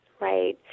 Right